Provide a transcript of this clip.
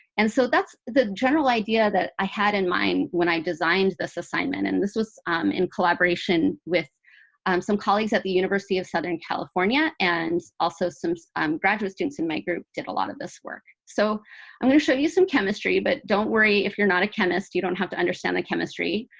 and so that's the general idea that i had in mind when i designed this assignment. and this was in collaboration with some colleagues at the university of southern california. and also some graduate students in my group did a lot of this work. so i'm going to show you some chemistry. but don't worry if you're not a chemist, you don't have to understand the chemistry.